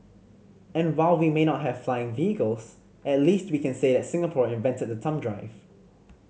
and while we may not have flying vehicles at least we can say that Singapore invented the thumb drive